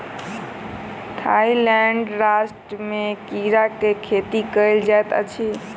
Thailand राष्ट्र में कीड़ा के खेती कयल जाइत अछि